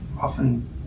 often